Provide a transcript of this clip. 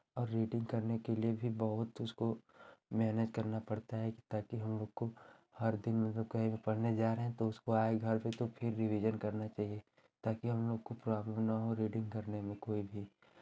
और रीडिंग करने के लिए भी बहुत उसको मेहनत करना पड़ता है ताकि हमलोग को हर दिन वो लोग कहें कि पढ़ने जा रहे हैं तो उसको आए घर पे तो फिर रिवीज़न करना चाहिए ताकि हमलोग को प्रॉब्लम ना हो रीडिंग करने में कोई भी